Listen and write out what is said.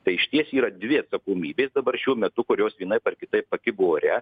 tai išties yra dvi atsakomybės dabar šiuo metu kurios vienaip ar kitaip pakibo ore